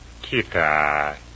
Kita